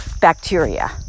bacteria